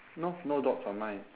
no no dots on mine